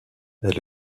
elle